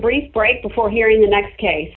brief break before hearing the next case